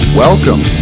Welcome